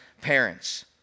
parents